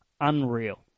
unreal